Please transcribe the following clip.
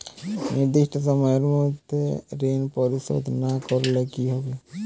নির্দিষ্ট সময়ে মধ্যে ঋণ পরিশোধ না করলে কি হবে?